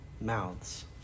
mouths